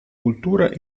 cultura